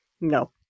No